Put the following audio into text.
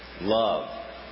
Love